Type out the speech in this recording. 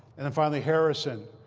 and then finally, harrison,